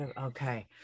okay